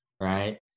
right